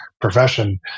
profession